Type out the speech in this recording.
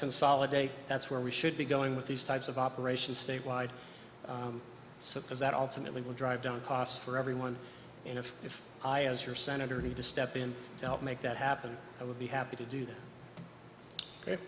consolidate that's where we should be going with these types of operations statewide so that ultimately will drive down costs for everyone and if if i as your senator need to step in to help make that happen i would be happy to do that if